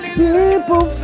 people